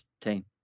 team